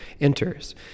enters